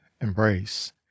embrace